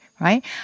Right